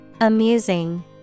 Amusing